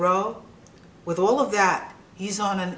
row with all of that he's on